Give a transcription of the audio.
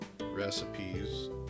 recipes